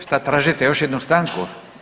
Šta tražite još jednu stanku?